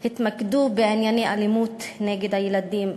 התמקדו בענייני אלימות נגד הילדים,